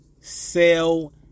sell